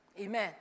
Amen